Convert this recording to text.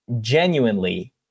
genuinely